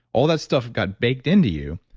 all that stuff got baked into you.